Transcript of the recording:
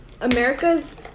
America's